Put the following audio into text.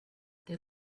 they